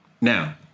Now